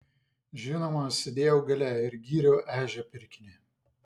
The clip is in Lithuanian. žinoma aš sėdėjau gale ir gyriau ežio pirkinį